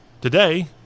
today